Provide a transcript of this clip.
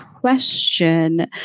question